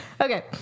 Okay